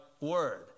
word